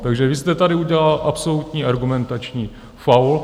Takže vy jste tady udělala absolutní argumentační faul.